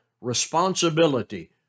responsibility